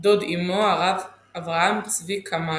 דוד אמו, הרב אברהם צבי קמאי.